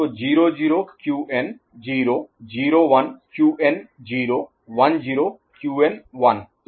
तो 0 0 Qn 0 0 1 Qn 0 1 0 Qn 1